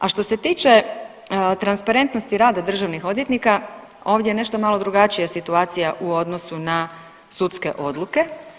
A što se tiče transparentnosti rada državnih odvjetnika ovdje je nešto malo drugačija situacija u odnosu na sudske odluke.